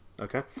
Okay